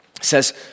says